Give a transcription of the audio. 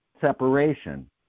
separation